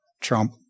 Trump